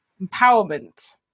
empowerment